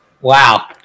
wow